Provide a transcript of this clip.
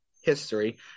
history